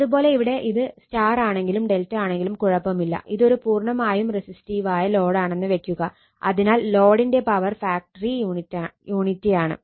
അത് പോലെ ഇവിടെ ഇത് Y ആണെങ്കിലും Δ ആണെങ്കിലും കുഴപ്പമില്ല ഇതൊരു പൂർണ്ണമായും രസിസിസ്റ്റീവായ ലോഡ് ആണെന്ന് വെക്കുക അതിനാൽ ലോഡിന്റെ പവർ ഫാക്ടറി യൂണിറ്റിയാണ്